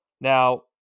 Now